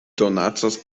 donacas